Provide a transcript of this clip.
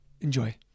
Enjoy